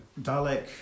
Dalek